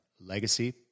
legacy